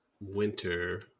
winter